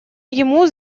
ему